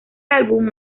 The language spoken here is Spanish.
álbum